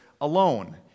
alone